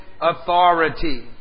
authority